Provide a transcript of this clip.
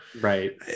Right